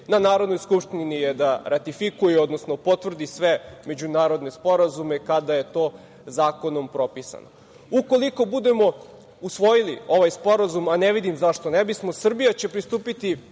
na Narodnoj skupštini je da ratifikuje, odnosno potvrdi sve međunarodne sporazume kada je to zakonom propisano. Ukoliko budemo usvojili ovaj sporazum, a ne vidim zašto ne bismo, Srbija će pristupiti